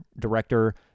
director